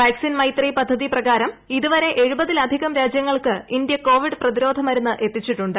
vaccine Maitri പദ്ധതി പ്രകാരം ഇതുവരെ എഴുപ്പതിലധികം രാജ്യങ്ങൾക്ക് ഇന്ത്യ കോവിഡ് പ്രതിരോധ മരുന്ന് എത്തിച്ചിട്ടുണ്ട്